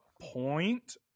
point